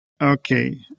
Okay